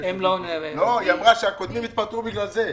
היא אמרה שהקודמים התפטרו בגלל זה,